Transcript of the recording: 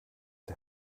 der